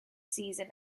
season